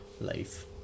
life